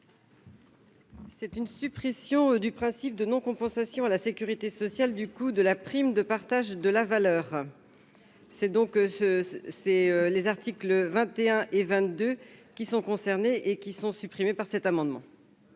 C'est une suppression du principe de non-compensation à la sécurité sociale, du coup, de la prime de partage de la valeur, c'est donc ce ce c'est les articles 21 et 22 qui sont concernés et qui sont supprimés par cet amendement.